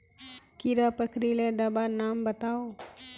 कीड़ा पकरिले दाबा नाम बाताउ?